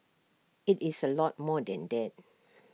IT is A lot more than that